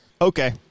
Okay